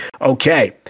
Okay